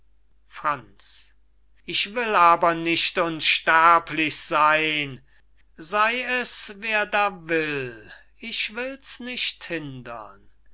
franz ich will aber nicht unsterblich seyn sey es wer da will ich will's nicht hindern